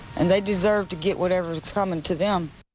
and they deserve to get whatever it's coming to them.